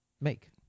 make